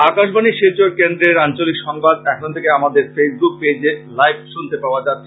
আকাশবাণী শিলচর কেন্দ্রের আঞ্চলিক সংবাদ এখন থেকে আমাদের ফেইস বুক পেজে লাইভ শোনতে পাওয়া যাচ্ছে